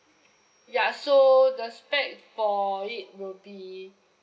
ya so the spec for it will be